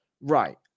Right